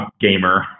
gamer